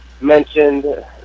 mentioned